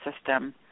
system